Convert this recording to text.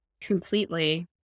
Completely